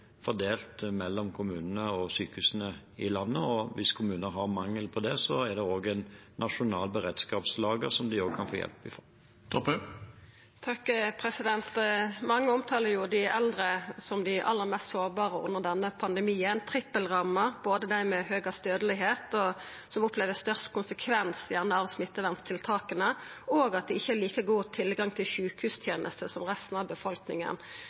fordelt mellom kommunene og sykehusene i landet. Hvis kommunene har mangel på det, er det også et nasjonalt beredskapslager som de kan få hjelp fra. Mange omtalar dei eldre som dei aller mest sårbare under denne pandemien. Dei er trippelramma: Dei er dei med høgast dødelegheit, dei opplever gjerne dei største konsekvensane av smitteverntiltaka, og dei har ikkje like god tilgang til sjukehustenestene som resten av befolkninga.